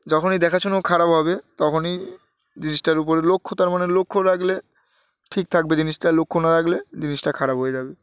যখনই দেখাশুনো খারাপ হবে তখনই জিনিসটার উপরে লক্ষ্য তার মানে লক্ষ্য রাখলে ঠিক থাকবে জিনিসটা লক্ষ্য না রাখলে জিনিসটা খারাপ হয়ে যাবে